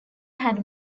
had